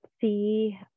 see